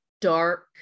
dark